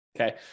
okay